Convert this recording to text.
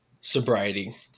sobriety